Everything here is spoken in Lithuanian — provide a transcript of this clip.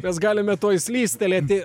mes galime tuoj slystelėti